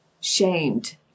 shamed